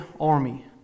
army